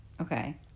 Okay